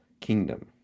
kingdom